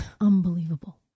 unbelievable